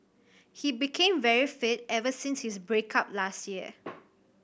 he became very fit ever since his break up last year